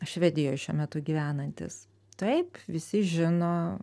švedijoj šiuo metu gyvenantis taip visi žino